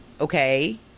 Okay